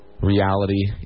reality